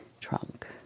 trunk